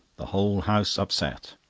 the whole house upset.